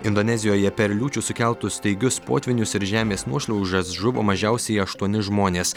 indonezijoje per liūčių sukeltus staigius potvynius ir žemės nuošliaužas žuvo mažiausiai aštuoni žmonės